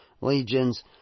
legions